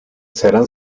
serán